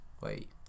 wait